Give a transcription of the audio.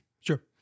Sure